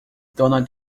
donald